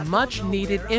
much-needed